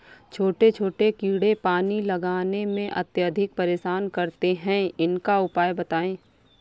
छोटे छोटे कीड़े पानी लगाने में अत्याधिक परेशान करते हैं इनका उपाय बताएं?